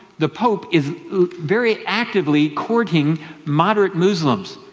the pope is very actively courting moderate muslims.